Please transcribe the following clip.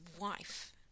wife